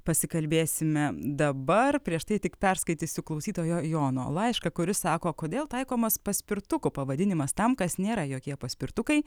pasikalbėsime dabar prieš tai tik perskaitysiu klausytojo jono laišką kuris sako kodėl taikomas paspirtuko pavadinimas tam kas nėra jokie paspirtukai